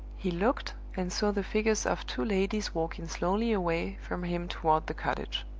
he looked, and saw the figures of two ladies walking slowly away from him toward the cottage.